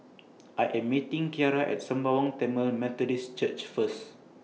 I Am meeting Kiarra At Sembawang Tamil Methodist Church First